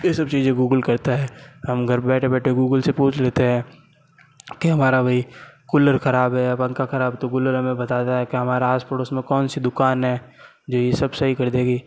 ये सब चीज़ें गूगल कहता है हम घर बैठे बैठे गूगल से पूछ लेते हैं कि हमारा भई कूलर खराब है या पंखा खराब है तो कूलर हमें बता देता है कि आस पड़ोस में कौन सी दुकान है जो सब सही कर देगी